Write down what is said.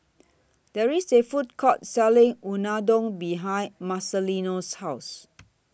There IS A Food Court Selling Unadon behind Marcelino's House